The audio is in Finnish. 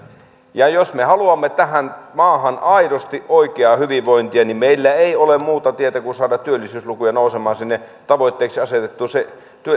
ja jos me haluamme tähän maahan aidosti oikeaa hyvinvointia niin meillä ei ole muuta tietä kuin saada työllisyyslukuja nousemaan sinne tavoitteeksi asetettuun